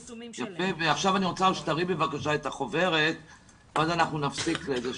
אנחנו מדברים על שוויון ועל ומניעת אפליה,